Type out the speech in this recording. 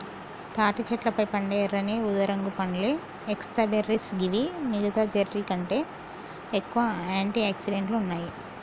తాటి చెట్లపై పండే ఎర్రని ఊదారంగు పండ్లే ఏకైబెర్రీస్ గివి మిగితా బెర్రీస్కంటే ఎక్కువగా ఆంటి ఆక్సిడెంట్లు ఉంటాయి